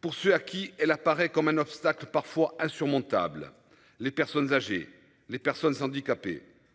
pour ceux à qui elle apparaît comme un obstacle parfois à surmontables les personnes âgées, les personnes handicapées